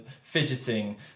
fidgeting